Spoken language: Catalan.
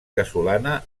casolana